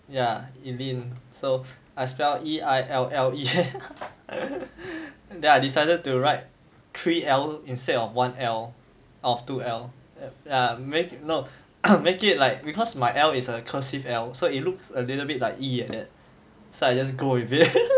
ya eileen so I spelt E I L L E N then I decided to write three L instead of one L or two L err make no can't make it like because my L is a cursive L so it looks a little bit like E like that so I just go with it